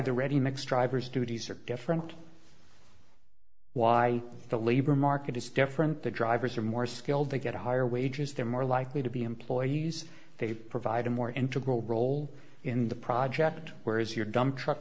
the ready mix drivers duties are different why the labor market is different the drivers are more skilled they get higher wages they're more likely to be employees they provide a more integral role in the project where is your dump truck